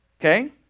Okay